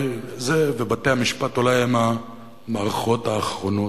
זה ובתי-המשפט הן אולי המערכות האחרונות.